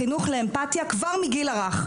חינוך לאמפטיה כבר מגיל הרך.